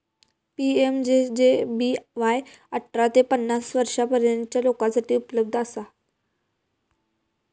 PMJJBY अठरा ते पन्नास वर्षांपर्यंतच्या लोकांसाठी उपलब्ध असा